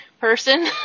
person